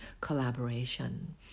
collaboration